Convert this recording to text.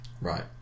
Right